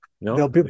No